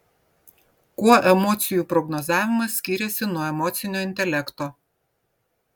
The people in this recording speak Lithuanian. kuo emocijų prognozavimas skiriasi nuo emocinio intelekto